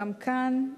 גם כאן,